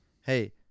hey